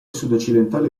sudoccidentale